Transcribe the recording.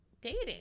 dating